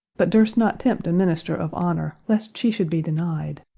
but durst not tempt a minister of honour, lest she should be denied.